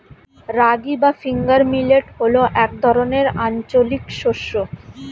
রাগী বা finger millet হল এক ধরনের আঞ্চলিক শস্য